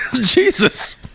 Jesus